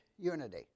unity